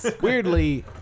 Weirdly